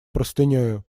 простынею